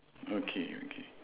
okay okay